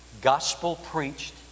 gospel-preached